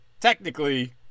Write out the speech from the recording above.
technically